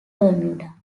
bermuda